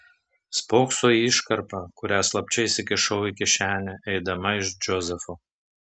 spokso į iškarpą kurią slapčia įsikišau į kišenę eidama iš džozefo